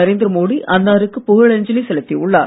நரேந்திர மோடி அன்னாருக்கு புகழஞ்சலி செலுத்தி உள்ளார்